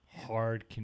hard